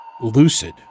lucid